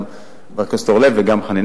גם חבר הכנסת אורלב וגם חבר הכנסת חנין.